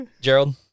Gerald